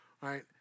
right